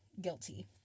guilty